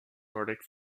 nordic